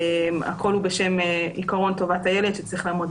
הכול בשם עקרון טובת הילד שצריך לנגד